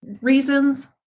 reasons